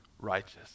righteous